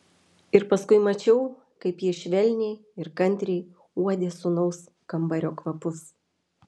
ir paskui mačiau kaip ji švelniai ir kantriai uodė sūnaus kambario kvapus